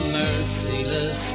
merciless